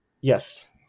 Yes